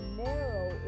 narrow